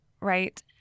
right